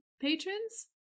patrons